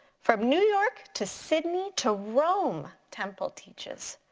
from new york to sydney to rome temple teaches.